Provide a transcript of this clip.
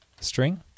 string